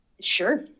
Sure